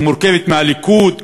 שמורכבת מהליכוד,